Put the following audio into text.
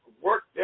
work